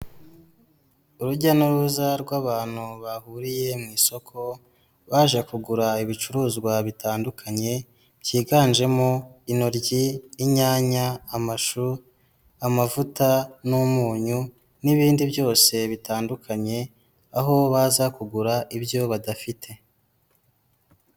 Urujya n'uruza rw'abantu bahuriye mu isoko baje kugura ibicuruzwa bitandukanye byiganjemo intoryi inyanya amavuta n'umunyu n'ibindi byose bitandukanye aho baza kugura ibyo badafite.